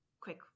quick